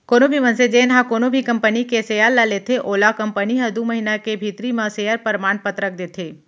कोनो भी मनसे जेन ह कोनो भी कंपनी के सेयर ल लेथे ओला कंपनी ह दू महिना के भीतरी म सेयर परमान पतरक देथे